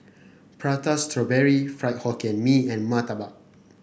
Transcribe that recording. Prata Strawberry Fried Hokkien Mee and murtabak